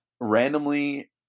randomly